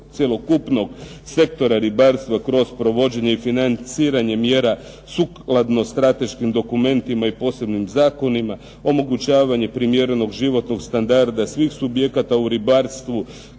cjelokupnog sektora ribarstva kroz provođenje i financiranje mjera sukladno strateškim dokumentima i posebnim zakonima, omogućavanje primjerenog životnog standarda svih subjekata u ribarstvu